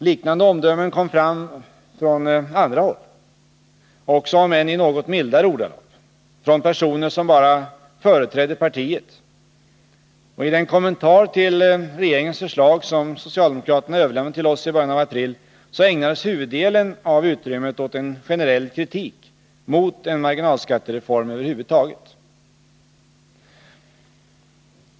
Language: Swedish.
Liknande omdömen kom från andra håll, också — om än i något mildare ordalag — från personer som bara företrädde partiet. I den kommentar till regeringens förslag som socialdemokraterna överlämnade till oss i början av april ägnades huvuddelen av utrymmet åt en generell kritik mot en marginalskattereform över huvud taget.